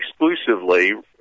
exclusively